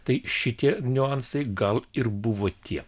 tai šitie niuansai gal ir buvo tie